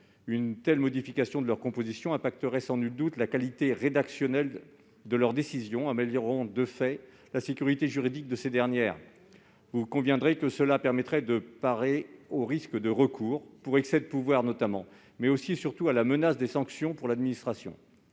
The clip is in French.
Une telle modification de leur composition aurait sans nul doute un effet positif sur la qualité rédactionnelle des décisions rendues, améliorant de fait la sécurité juridique de ces dernières. Vous conviendrez que cela permettrait de plus de parer au risque de recours pour excès de pouvoir, notamment, mais aussi et surtout à la menace des sanctions qui peuvent en